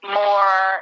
more